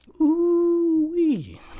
Ooh-wee